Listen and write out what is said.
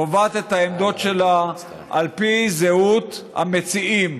קובעת את העמדות שלה על פי זהות המציעים.